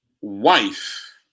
wife